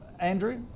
Andrew